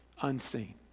unseen